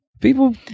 People